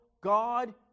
God